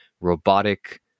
robotic